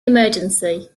emergency